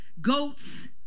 goats